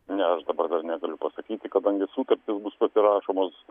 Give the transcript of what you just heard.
ne aš dabar dar negaliu pasakyti kadangi sutartys bus pasirašomos